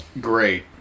Great